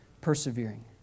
persevering